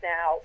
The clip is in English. Now